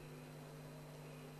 אדוני